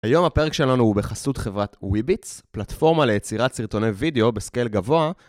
היום הפרק שלנו הוא בחסות חברת וויביץ, פלטפורמה ליצירת סרטוני וידאו בסקייל גבוה.